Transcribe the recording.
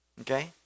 Okay